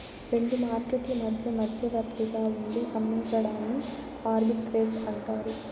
రెండు మార్కెట్లు మధ్య మధ్యవర్తిగా ఉండి అమ్మించడాన్ని ఆర్బిట్రేజ్ అంటారు